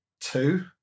Two